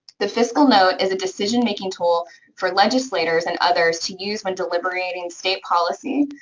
the fiscal note is a decision-making tool for legislators and others to use when deliberating state policy.